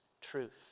truth